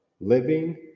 living